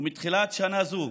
ומתחילת שנה זו,